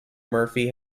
murphy